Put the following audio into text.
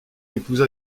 épousa